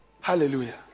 Hallelujah